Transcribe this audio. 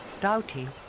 Doughty